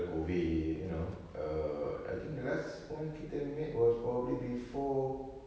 COVID you know err I think the last one kita met was probably before